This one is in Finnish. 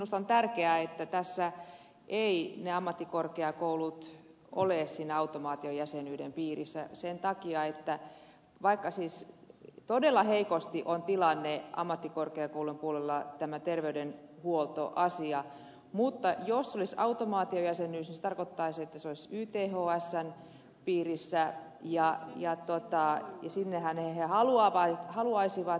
minusta on tärkeää että tässä eivät ne ammattikorkeakoulut ole automaatiojäsenyyden piirissä sen takia että vaikka todella heikko on terveydenhuollon tilanne ammattikorkeakoulun puolella mutta jos olisi automaatiojäsenyys se tarkoittaisi sitä että ammattikorkeakoulut olisivat ythsn piirissä ja sinnehän ne haluaisivat mennä